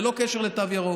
ללא קשר לתו ירוק.